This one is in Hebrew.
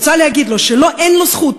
אני רוצה להגיד לו שאין לו זכות,